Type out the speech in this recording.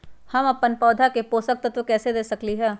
हम अपन पौधा के पोषक तत्व कैसे दे सकली ह?